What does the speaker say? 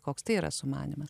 koks tai yra sumanymas